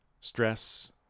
stress